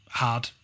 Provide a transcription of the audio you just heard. hard